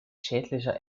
schädlicher